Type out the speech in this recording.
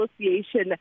Association